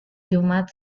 jumat